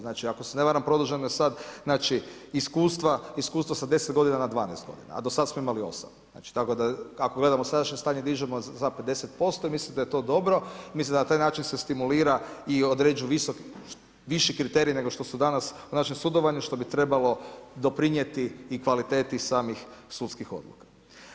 Znači, ako se ne varam produženo je sada znači iskustva sa 10 godina na 12 godina, a do sada smo imali 8. Tako da ako gledamo sadašnje stanje, dižemo za 50%, mislim da je to dobro, mislim da na taj način se stimulira i određuju viši kriteriji nego što su danas u našem sudovanju, što bi trebalo doprinijeti i kvaliteti samih sudskih odluka.